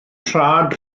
traed